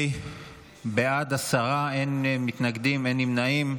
בעד, עשרה, אין מתנגדים, אין נמנעים.